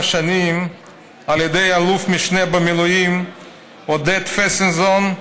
שנים על ידי אלוף משנה במילואים עודד פסנזון,